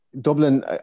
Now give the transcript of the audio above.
Dublin